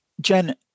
Jen